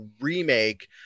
remake